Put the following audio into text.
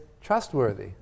trustworthy